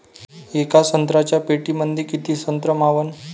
येका संत्र्याच्या पेटीमंदी किती संत्र मावन?